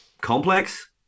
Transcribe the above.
complex